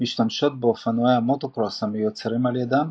משתמשות באופנועי המוטוקרוס המיוצרים על ידן,